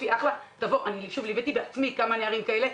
ליוויתי בעצמי כמה נערים כאלה,